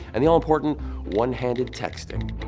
and the all-important one-handed texting.